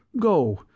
go